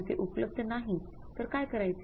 जर ते उपलब्ध नाही तर काय करायचे